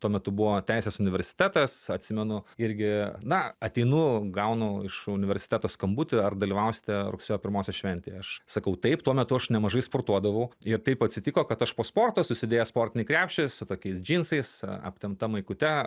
tuo metu buvo teisės universitetas atsimenu irgi na ateinu gaunu iš universiteto skambutį ar dalyvausite rugsėjo pirmosios šventėje aš sakau taip tuo metu aš nemažai sportuodavau ir taip atsitiko kad aš po sporto susidėjęs sportinį krepšį su tokiais džinsais aptempta maikute